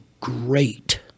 great